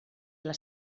les